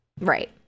Right